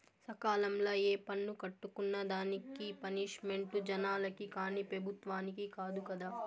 సకాలంల ఏ పన్ను కట్టుకున్నా దానికి పనిష్మెంటు జనాలకి కానీ పెబుత్వలకి కాదు కదా